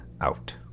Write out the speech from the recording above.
Out